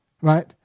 Right